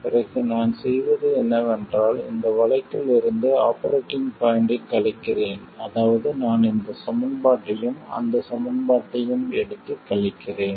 பிறகு நான் செய்வது என்னவென்றால் இந்த வழக்கில் இருந்து ஆபரேட்டிங் பாய்ண்ட்டைக் கழிக்கிறேன் அதாவது நான் இந்த சமன்பாட்டையும் அந்த சமன்பாட்டையும் எடுத்து கழிக்கிறேன்